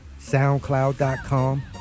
soundcloud.com